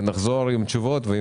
ונחזור עם תשובות.